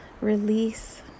release